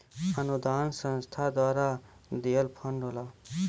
अनुदान संस्था द्वारा दिहल फण्ड होला